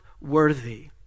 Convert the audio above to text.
worthy